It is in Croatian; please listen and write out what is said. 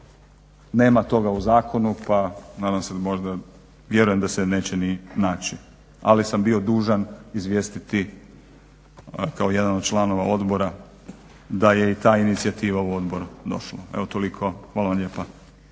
nema toga u zakonu pa nadam se i vjerujem da se neće ni naći. Ali sam bio dužan izvijestiti kao jedan od članova odbora da je i ta inicijativa u odboru došla. Evo toliko. Hvala lijepa.